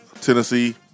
tennessee